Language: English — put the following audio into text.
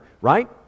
Right